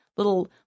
Little